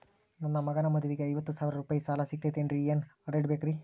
ನನ್ನ ಮಗನ ಮದುವಿಗೆ ಐವತ್ತು ಸಾವಿರ ರೂಪಾಯಿ ಸಾಲ ಸಿಗತೈತೇನ್ರೇ ಏನ್ ಅಡ ಇಡಬೇಕ್ರಿ?